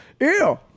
Ew